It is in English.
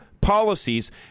policies